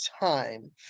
time